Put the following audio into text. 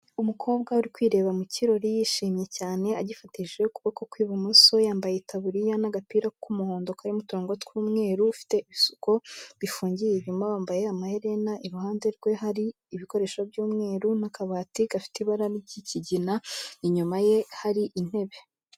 Umukobwa uri kwireba mu kirori yishimye cyane agifatishije ukuboko kw'ibumoso, yambaye itaburiya n'agapira k'umuhondo karimo uturongo tw'umweru, ufite ibisuko bifungiye inyuma, wambaye amaherena, iruhande rwe hari ibikoresho by'umweru n'akabati gafite ibara ry'ikigina, inyuma ye hari intebe.